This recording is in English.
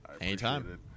Anytime